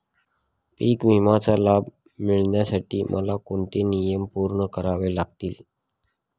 पीक विम्याचा लाभ मिळण्यासाठी मला कोणते नियम पूर्ण करावे लागतील?